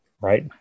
right